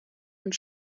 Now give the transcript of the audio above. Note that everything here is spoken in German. und